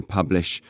publish